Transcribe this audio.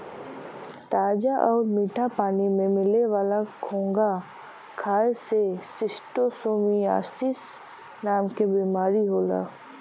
ताजा आउर मीठा पानी में मिले वाला घोंघा खाए से शिस्टोसोमियासिस नाम के बीमारी होला